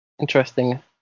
interesting